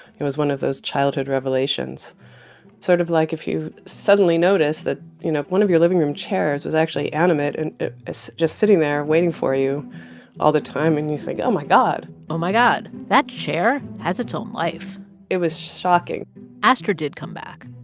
it was one of those childhood revelations sort of like if you suddenly notice notice that, you know, one of your living room chairs was actually animate and it's just sitting there waiting for you all the time. and you think, oh, my god oh, my god, that chair has its own life it was shocking astor did come back,